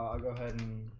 go ahead and